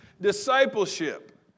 discipleship